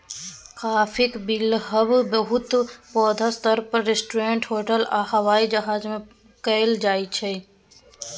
काफीक बिलहब बहुत पैघ स्तर पर रेस्टोरेंट, होटल आ हबाइ जहाज मे कएल जाइत छै